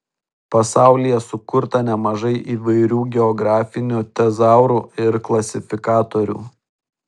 pasaulyje sukurta nemažai įvairių geografinių tezaurų ir klasifikatorių